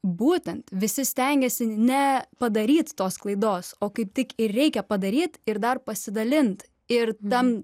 būtent visi stengiasi ne padaryt tos klaidos o kaip tik ir reikia padaryt ir dar pasidalint ir tam